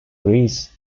greece